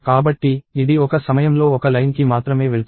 కాబట్టి ఇది ఒక సమయంలో ఒక లైన్ కి మాత్రమే వెళ్తుంది